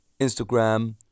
Instagram